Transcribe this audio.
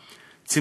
ש"ח.